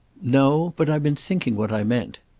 no but i've been thinking what i meant.